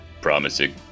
promising